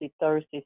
Thursday